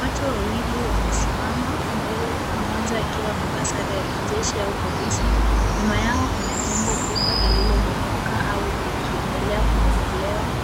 Watu wawili wamesimama mbele mmoja akiwa ameba sare ya kijeshi au polisi. Nyuma yao kuna jengo kubwa lililobomoka au likiendelea kubomolewa